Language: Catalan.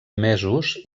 mesos